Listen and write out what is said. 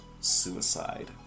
suicide